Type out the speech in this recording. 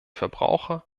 verbraucher